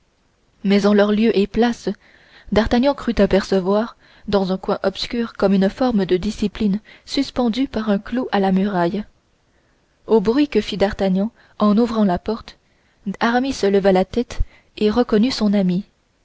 mais en leur lieu et place d'artagnan crut apercevoir dans un coin obscur comme une forme de discipline suspendue par un clou à la muraille au bruit que fit d'artagnan en ouvrant la porte aramis leva la tête et reconnut son ami